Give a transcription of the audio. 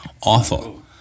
Awful